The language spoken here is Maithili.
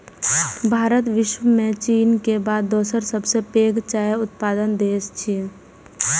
भारत विश्व मे चीन के बाद दोसर सबसं पैघ चाय उत्पादक देश छियै